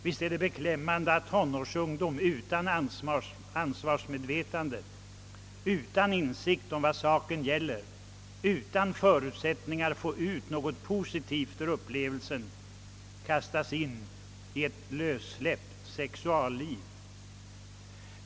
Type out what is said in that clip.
Visst är det beklämmande att tonårsungdom utan ansvarsmedvetande, utan insikt om vad saken gäller och utan förutsättningar att få ut någonting positivt ur upplevelsen kastas in i ett lössläppt sexualliv.